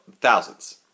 thousands